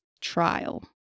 trial